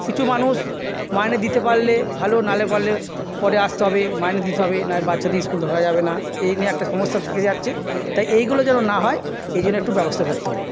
কিছু মানুষ মাইনে দিতে পারলে ভালো না হলে বলে পরে আসতে হবে মাইনে দিতে হবে নয় বাচ্চাদের স্কুল ঢোকা যাবে না এই নিয়ে একটা সমস্যা থেকে যাচ্ছে তাই এইগুলো যেন না হয় এই জন্য একটু ব্যবস্থা করতে হবে